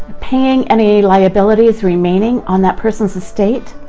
paying any liabilities remaining on that person's estate,